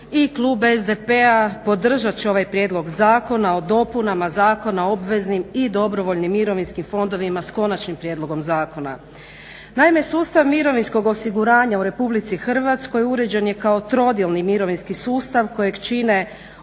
i klub SDP-a podržat će ovaj Prijedlog zakona o dopunama Zakona o obveznim i dobrovoljnim mirovinskim fondovima s konačnim prijedlogom zakona. Naime, sustav mirovinskog osiguranja u Republici Hrvatskoj uređen je kao trodjelni mirovinski sustav kojeg čine